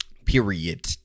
period